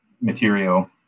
material